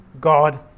God